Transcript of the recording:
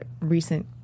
recent